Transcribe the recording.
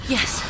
Yes